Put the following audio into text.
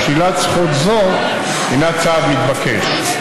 ושלילת זכות זו היא צעד מתבקש.